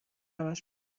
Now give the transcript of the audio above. همش